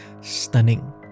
stunning